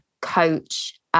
coach